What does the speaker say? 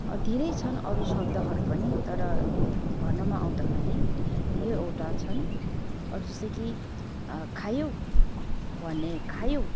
धेरै छन् अरू शब्दहरू पनि तर भन्नमा आउँदाखेरि यो एउटा छन् अरू जस्तै कि खायौ भन्ने खायौ